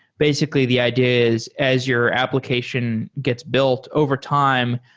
basically the idea is as your application gets built overtime,